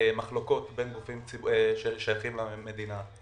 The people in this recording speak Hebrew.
מחלוקות בין גופים ששייכים למדינה.